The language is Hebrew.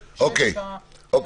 תודה.